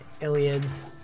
Iliad's